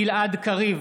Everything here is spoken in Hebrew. גלעד קריב,